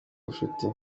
ubushuti